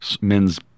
men's